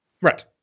Right